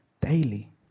daily